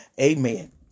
Amen